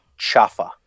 chafa